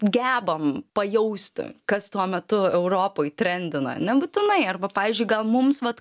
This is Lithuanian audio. gebam pajausti kas tuo metu europoj trendina nebūtinai arba pavyzdžiui gal mums vat